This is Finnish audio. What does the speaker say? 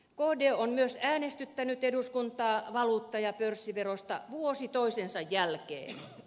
kd on myös äänestyttänyt eduskuntaa valuutta ja pörssiverosta vuosi toisensa jälkeen